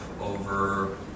over